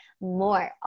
more